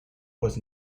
was